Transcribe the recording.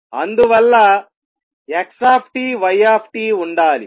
అందువల్ల X Y ఉండాలి